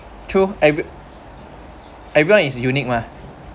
true every everyone is unique mah